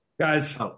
Guys